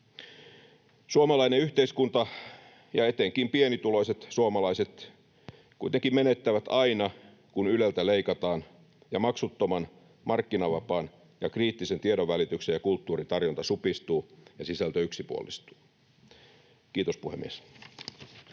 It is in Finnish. Suomalainen yhteiskunta ja etenkin pienituloiset suomalaiset kuitenkin menettävät aina, kun Yleltä leikataan, ja maksuttoman, markkinavapaan ja kriittisen tiedonvälityksen ja kulttuurin tarjonta supistuu ja sisältö yksipuolistuu. — Kiitos, puhemies.